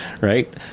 Right